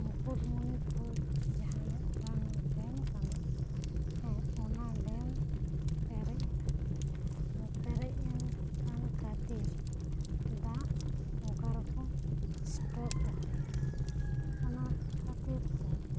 ᱢᱩᱠᱩᱴᱢᱩᱱᱤᱯᱩᱨ ᱡᱟᱦᱟᱸ ᱢᱤᱫ ᱴᱟᱝ ᱰᱮᱢ ᱠᱟᱱᱟ ᱦᱮᱸ ᱚᱱᱟ ᱰᱮᱢ ᱯᱮᱨᱮᱡ ᱮᱱᱟ ᱚᱱᱟ ᱯᱮᱨᱮᱡ ᱮᱱ ᱠᱷᱟᱱ ᱠᱷᱟᱹᱛᱤᱨ ᱫᱟᱜ ᱚᱠᱟᱨᱮᱠᱚ ᱥᱴᱚᱠ ᱫᱚᱦᱚᱭᱟ ᱚᱱᱟ ᱠᱷᱟᱹᱛᱤᱨ ᱛᱮ